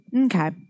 Okay